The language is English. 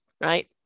right